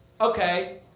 okay